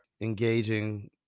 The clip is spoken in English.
engaging